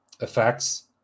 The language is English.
effects